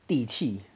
地契